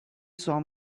saw